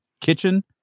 kitchen